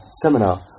seminar